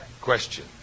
question